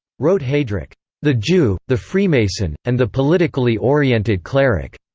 wrote heydrich the jew, the freemason, and the politically-oriented cleric.